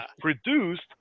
produced